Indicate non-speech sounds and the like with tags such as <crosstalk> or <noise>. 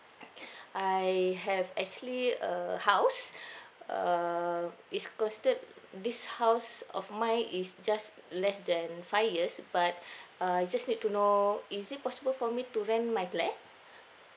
<breath> I have actually a house <breath> uh it's costed this house of mine is just less than five years but <breath> err I just need to know is it possible for me to rent my flat